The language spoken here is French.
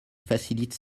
facilite